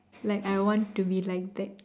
like I want to be like that